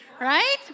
right